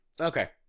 Okay